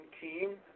team